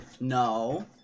No